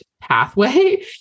pathway